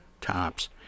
tops